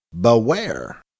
Beware